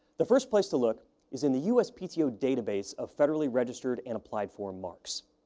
the first place to look is in the uspto database of federally registered and applied for marks.